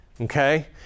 okay